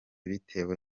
bitewe